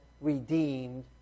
redeemed